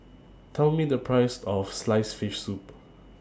Tell Me The Price of Sliced Fish Soup